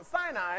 Sinai